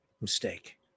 Mistake